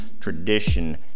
tradition